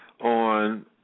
On